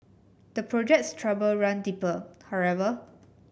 the project's trouble run deeper however